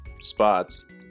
spots